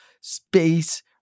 space